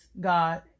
God